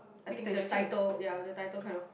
I think the title ya the title kind of